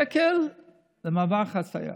שקל למעבר חצייה.